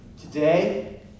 Today